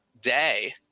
day